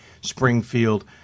Springfield